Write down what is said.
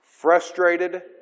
frustrated